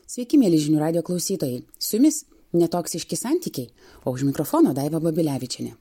sveiki mieli žinių radijo klausytojai su jumis netoksiški santykiai o už mikrofono daiva babilevičienė